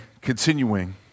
continuing